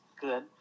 good